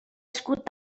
escut